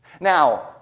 Now